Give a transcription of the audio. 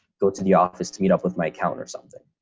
go to the office to meet up with my account or something.